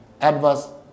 adverse